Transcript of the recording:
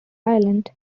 island